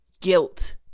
guilt